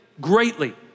greatly